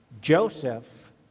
Joseph